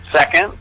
Second